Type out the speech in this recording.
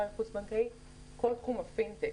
ואמרנו לעצמנו שהיעד הבא זה תחרות על משקי הבית והעסקים הקטנים,